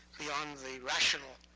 beyond the rational